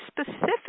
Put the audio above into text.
specific